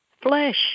flesh